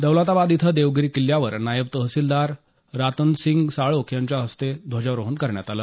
दौलताबाद इथं देवगिरी किल्ल्यावर नायब तहसिलदार रातनसिंग साळोख यांच्या हस्ते ध्वजारोहण करण्यात आलं